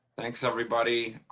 thanks everybody,